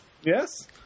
Yes